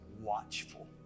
watchful